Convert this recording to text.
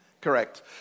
Correct